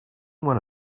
one